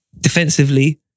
defensively